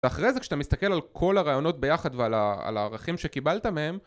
ואחרי זה כשאתה מסתכל על כל הרעיונות ביחד ועל הערכים שקיבלת מהם